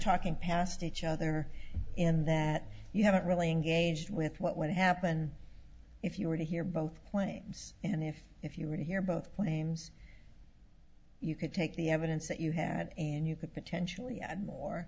talking past each other in that you haven't really engaged with what would happen if you were to hear both claims and if if you were to hear both claims you could take the evidence that you had and you could potentially add more